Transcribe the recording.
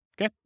okay